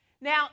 Now